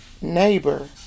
neighbor